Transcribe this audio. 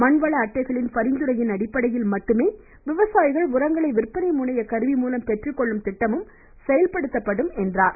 மண்வள அட்டைகளின் பரிந்துரையின் அடிப்படையில் மட்டுமே விவசாயிகள் உரங்களை விற்பனை முனைய கருவிமூலம் பெற்றுக்கொள்ளும் திட்டமும் செயல்படுத்தப்படும் என்றார்